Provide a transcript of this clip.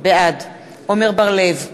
בעד עמר בר-לב,